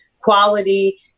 quality